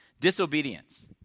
Disobedience